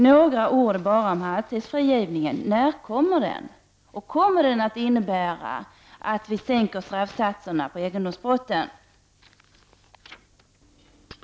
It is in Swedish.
Jag vill också fråga när halvtidsfrigivningen kommer att avskaffas och om det kommer att innebära att straffsatserna för egendomsbrotten sänks.